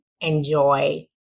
enjoy